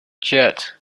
jet